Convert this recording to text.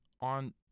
on